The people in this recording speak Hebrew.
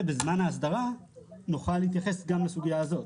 בזמן ההסדרה נוכל להתייחס גם לסוגייה הזאת.